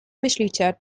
myślicie